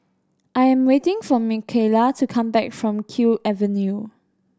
I am waiting for Michaela to come back from Kew Avenue